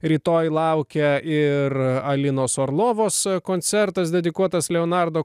rytoj laukia ir alinos orlovos koncertas dedikuotas leonardo